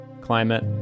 climate